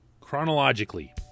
chronologically